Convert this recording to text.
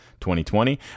2020